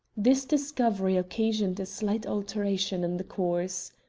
this discovery occasioned a slight alteration in the course.